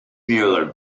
mueller